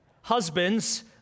Husbands